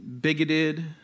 bigoted